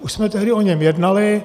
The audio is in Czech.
Už jsme tehdy o něm jednali.